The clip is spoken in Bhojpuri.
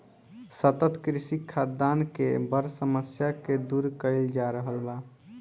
सतत कृषि खाद्यान के बड़ समस्या के दूर कइल जा रहल बा